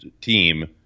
team